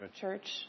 church